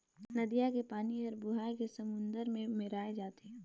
नदिया के पानी हर बोहाए के समुन्दर में मेराय जाथे